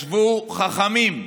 ישבו חכמים,